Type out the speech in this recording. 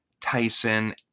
Tyson